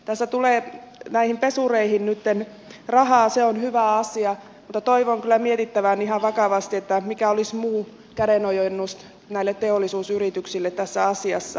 tässä tulee näihin pesureihin nytten rahaa se on hyvä asia mutta toivon kyllä mietittävän ihan vakavasti mikä olisi muu kädenojennus näille teollisuusyrityksille tässä asiassa